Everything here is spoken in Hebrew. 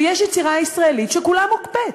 ויש יצירה ישראלית שכולה מוקפאת.